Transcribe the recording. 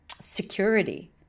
security